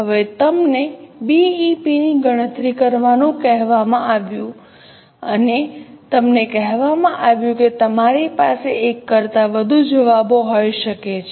હવે તમને બીઈપી ની ગણતરી કરવાનું કહેવામાં આવ્યું અને તમને કહેવામાં આવ્યું કે તમારી પાસે એક કરતાં વધુ જવાબો હોઈ શકે છે